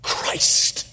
Christ